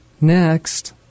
Next